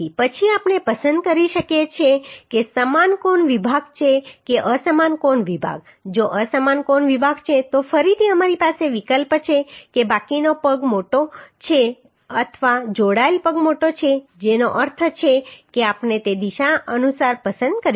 પછી આપણે પસંદ કરી શકીએ કે તે સમાન કોણ વિભાગ છે કે અસમાન કોણ વિભાગ જો અસમાન કોણ વિભાગ છે તો ફરીથી અમારી પાસે વિકલ્પ છે કે બાકીનો પગ મોટો છે અથવા જોડાયેલ પગ મોટો છે જેનો અર્થ છે કે આપણે તે દિશા અનુસાર પસંદ કરીશું